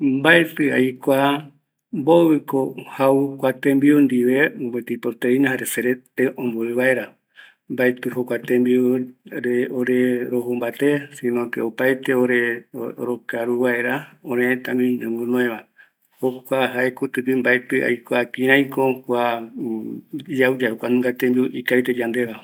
Mbaetiko aikua mbovɨko jau kua tembiu ndive proteina, jare serete omborɨvaera, mbaetɨ jikua tembiurupi rojo mbate, eriko, opaete ore rokaru vaera örërëtä guiño roguinoeva, jokua kutɨgui aikuaa kiraiko yau yave ikavitako yandeveva